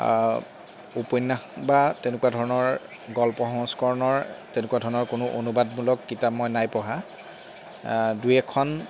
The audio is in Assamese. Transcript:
উপন্যাস বা তেনেকুৱা ধৰণৰ গল্প সংস্কৰণৰ তেনেকুৱা ধৰণৰ কোনো অনুবাদমূলক কিতাপ মই নাই পঢ়া দুই এখন